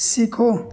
सीखो